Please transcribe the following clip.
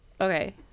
Okay